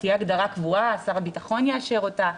תהיה הגדרה קבועה, שר הביטחון יאשר אותה.